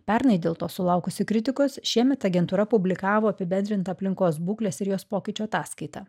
pernai dėl to sulaukusi kritikos šiemet agentūra publikavo apibendrintą aplinkos būklės ir jos pokyčių ataskaitą